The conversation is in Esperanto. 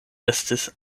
estis